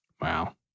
Wow